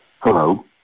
Hello